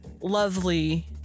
lovely